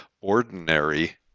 ordinary